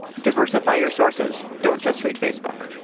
diversify your sources. don't just read facebook.